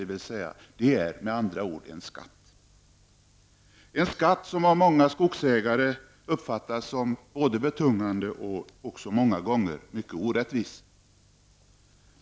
Det är med andra ord en skatt -- en skatt som av många skogsägare uppfattas som betungande och många gånger också mycket orättvis.